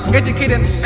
educating